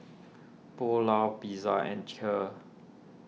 Pulao Pizza and Kheer